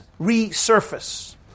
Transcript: resurface